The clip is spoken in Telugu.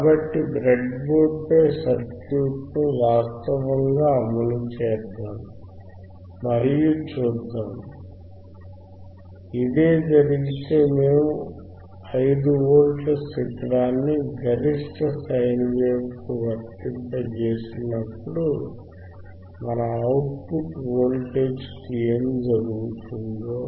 కాబట్టి బ్రెడ్బోర్డుపై సర్క్యూట్ను వాస్తవంగా అమలు చేద్దాం మరియు చూద్దాం ఇదే జరిగితేమేము 5 వోల్త్స్ శిఖరాన్ని గరిష్ట సైన్ వేవ్కు వర్తింపజేసినప్పుడు మన అవుట్ పుట్ వోల్టేజ్కు ఏమి జరుగుతుందో